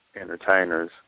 entertainers